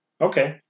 Okay